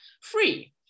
free